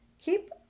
Keep